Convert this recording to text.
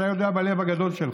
אתה ידוע בלב הגדול שלך.